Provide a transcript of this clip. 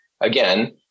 Again